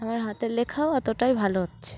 আমার হাতের লেখাও অতটাই ভালো হচ্ছে